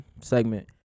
segment